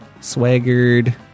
Swaggered